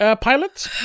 pilot